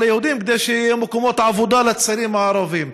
היהודים כדי שיהיו מקומות עבודה לצעירים הערבים.